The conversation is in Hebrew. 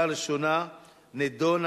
לדיון